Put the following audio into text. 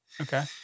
Okay